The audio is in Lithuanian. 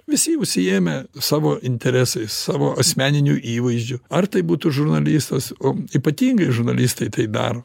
visi užsiėmę savo interesais savo asmeniniu įvaizdžiu ar tai būtų žurnalistas o ypatingai žurnalistai tai daro